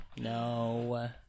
No